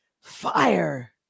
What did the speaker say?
fire